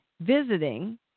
visiting